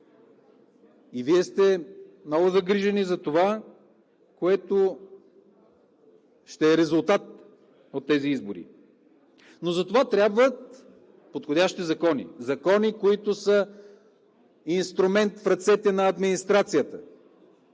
и Вие сте много загрижени за това, което ще е резултат от тези избори. Но за това трябват подходящи закони – закони, които са инструмент в ръцете на администрацията,